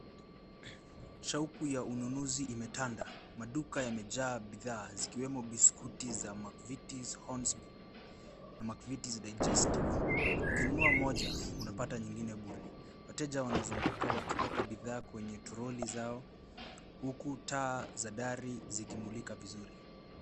Shauku ya ununuzi imetanda. Maduka yamejaa bidhaa, zikiwemo biskuti za McVitie's Hornsby na McVitie's Digestive. Ukininunua moja, unapata nyingine bure. Wateja wanazunguka wakiweka bidhaa kwenye toroli zao, huku taa za dari zikimulika vizuri.